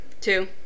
Two